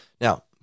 Now